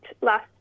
last